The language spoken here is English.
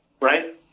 right